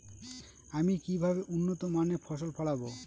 আমি কিভাবে উন্নত মানের ফসল ফলাবো?